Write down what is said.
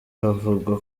havugwa